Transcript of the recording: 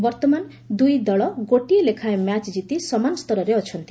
ବର୍ତ୍ତମାନ ଦୁଇଦଳ ଗୋଟିଏ ଲେଖାଏଁ ମ୍ୟାଚ୍ ଜିତି ସମାନ ସ୍ତରରେ ଅଛନ୍ତି